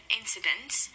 incidents